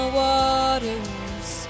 waters